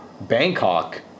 Bangkok